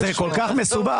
זה כל כך מסובך.